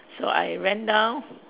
so I ran down